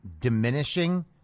diminishing